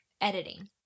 editing